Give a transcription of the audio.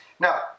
Now